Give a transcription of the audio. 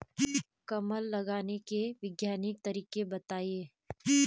कमल लगाने के वैज्ञानिक तरीके बताएं?